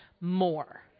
more